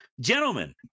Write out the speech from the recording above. gentlemen